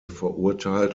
verurteilt